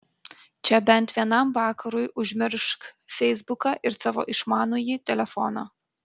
čia bent vienam vakarui užmiršk feisbuką ir savo išmanųjį telefoną